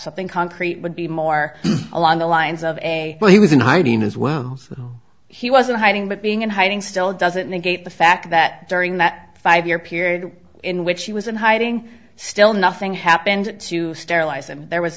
something concrete would be more along the lines of a well he was in hiding as well he was in hiding but being in hiding still doesn't negate the fact that during that five year period in which he was in hiding still nothing happened to sterilize him there was